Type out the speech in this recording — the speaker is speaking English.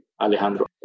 Alejandro